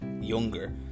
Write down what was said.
Younger